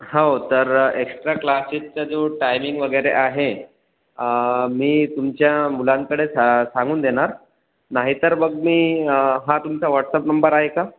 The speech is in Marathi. हो तर एक्स्ट्रा क्लासेसचा जो टायमिंग वगैरे आहे मी तुमच्या मुलांकडे सा सांगून देणार नाही तर मग मी हा तुमचा व्हॉट्सअप नंबर आहे का